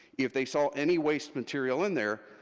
if they saw any waste material in there,